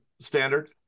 standard